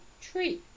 tree